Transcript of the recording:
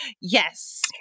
Yes